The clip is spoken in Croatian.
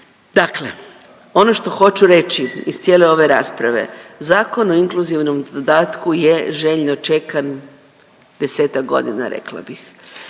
Dakle, ono što hoću reći iz cijele ove rasprave Zakon o inkluzivnom dodatku je željno čekan 10-ak godina rekla bih.